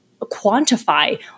quantify